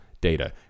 data